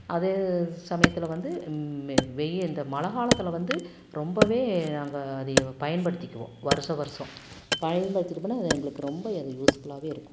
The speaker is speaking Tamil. அது சமயத்தில் வந்து வெய்ய இந்த மழை காலத்தில் வந்து ரொம்பவே அங்கே அதிக பயன்படுத்திக்குவோம் வருஷா வருஷம் பயன்படுத்திக் அது எங்களுக்கு ரொம்ப அது யூஸ்ஃபுல்லாகவே இருக்கும்